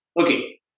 Okay